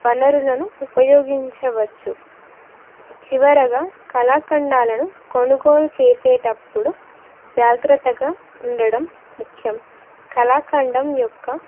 వనరులను ఉపయోగించవచ్చు చివరిగా కళాఖండాలను కొనుగోలు చేసేటప్పుడు జాగ్రత్తగా ఉండడం ముఖ్యం కలాాఖండం యొక్క